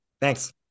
Thanks